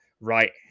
right